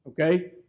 okay